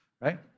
right